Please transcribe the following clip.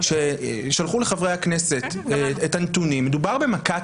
ששלחו לחברי הכנסת את הנתונים ומדובר במכת